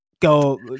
go